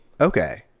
Okay